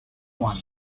one